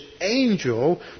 angel